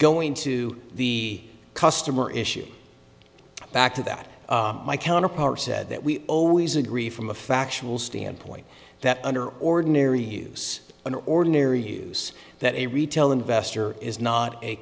going to the customer issue back to that my counterpart said that we always agree from a factual standpoint that under ordinary use an ordinary use that a retail investor is not a